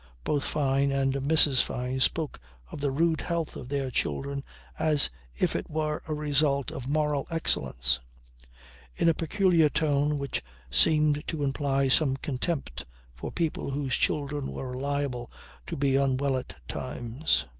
both fyne and mrs. fyne spoke of the rude health of their children as if it were a result of moral excellence in a peculiar tone which seemed to imply some contempt for people whose children were liable to be unwell at times.